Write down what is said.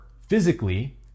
physically